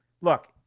Look